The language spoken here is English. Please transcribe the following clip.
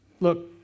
Look